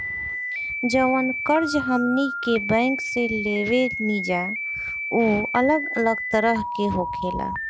जवन कर्ज हमनी के बैंक से लेवे निजा उ अलग अलग तरह के होखेला